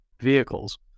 vehicles